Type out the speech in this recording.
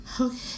okay